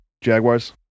Jaguars